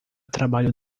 trabalho